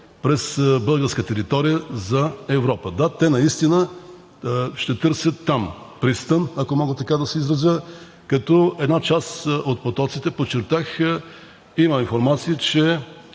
през българска територия за Европа. Да, те наистина ще търсят там пристан, ако мога така да се изразя, като една част от потоците, подчертах, има информация, че